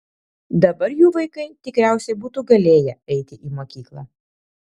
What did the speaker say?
dabar jų vaikai tikriausiai būtų galėję eiti į mokyklą